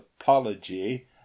apology